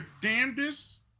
damnedest